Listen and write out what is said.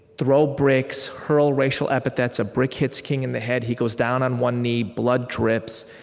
throw bricks, hurl racial epithets. a brick hits king in the head, he goes down on one knee, blood drips.